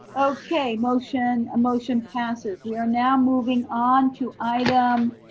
okay, motion motion passes. we are now moving on to item